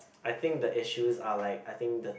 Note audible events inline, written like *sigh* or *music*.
*noise* I think the issues are like I think the